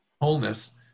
wholeness